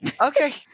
Okay